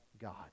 God